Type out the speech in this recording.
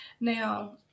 Now